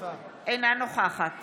אינה נוכחת